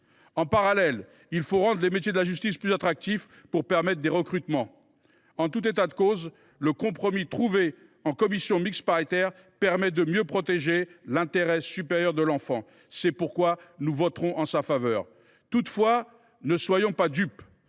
En parallèle, il faut rendre les métiers de la justice plus attractifs pour permettre des recrutements. En tout état de cause, le compromis trouvé en commission mixte paritaire permet de mieux protéger l’intérêt supérieur de l’enfant. C’est pourquoi nous voterons en sa faveur. Toutefois, ne soyons pas dupes